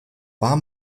war